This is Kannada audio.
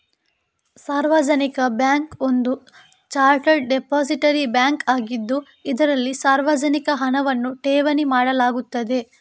ಸಾರ್ವಜನಿಕ ಬ್ಯಾಂಕ್ ಒಂದು ಚಾರ್ಟರ್ಡ್ ಡಿಪಾಸಿಟರಿ ಬ್ಯಾಂಕ್ ಆಗಿದ್ದು, ಇದರಲ್ಲಿ ಸಾರ್ವಜನಿಕ ಹಣವನ್ನು ಠೇವಣಿ ಮಾಡಲಾಗುತ್ತದೆ